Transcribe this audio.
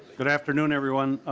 good afternoon everyone.